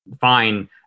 fine